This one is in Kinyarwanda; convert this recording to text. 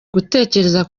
gutekereza